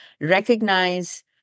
recognize